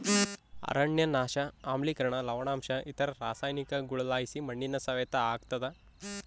ಅರಣ್ಯನಾಶ ಆಮ್ಲಿಕರಣ ಲವಣಾಂಶ ಇತರ ರಾಸಾಯನಿಕಗುಳುಲಾಸಿ ಮಣ್ಣಿನ ಸವೆತ ಆಗ್ತಾದ